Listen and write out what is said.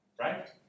right